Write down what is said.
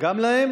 גם להן